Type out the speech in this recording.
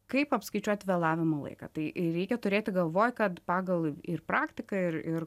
kaip apskaičiuot vėlavimo laiką tai reikia turėti galvoj kad pagal ir praktiką ir ir